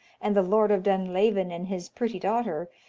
and the lord of dunlavin and his pretty daughter,